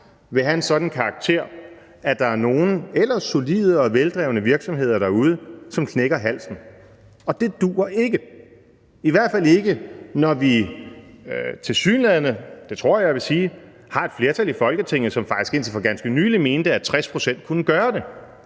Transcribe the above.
vil have en sådan karakter, at der er nogle ellers solide og veldrevne virksomheder derude, som knækker halsen. Og det duer ikke, i hvert fald ikke når vi, tilsyneladende – tror jeg jeg vil sige – har et flertal i Folketinget, som faktisk indtil for ganske nylig mente, at 60 pct. kunne gøre det.